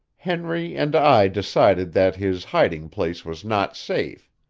henry and i decided that his hiding-place was not safe.